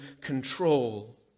control